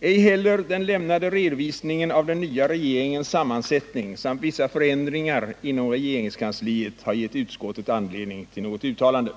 Ej heller den lämnade redovisningen av den nya regeringens sammansättning samt vissa förändringar inom regeringskansliet har gett utskottet anledning till något uttalande.